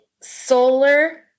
solar